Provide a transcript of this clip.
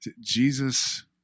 Jesus